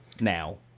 now